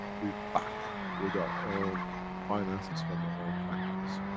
we back with our own finances from our own factories.